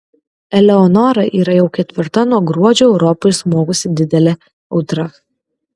eleonora yra jau ketvirta nuo gruodžio europai smogusi didelė audra